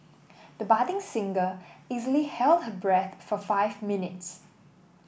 the budding singer easily held her breath for five minutes